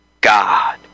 God